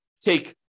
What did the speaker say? Take